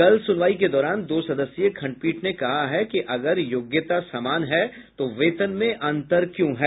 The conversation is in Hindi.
कल सुनवाई के दौरान दो सदस्यीय खंडपीठ ने कहा है कि अगर योग्यता समान है तो वेतन में अंतर क्यों हैं